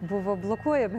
buvo blokuojami